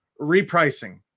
Repricing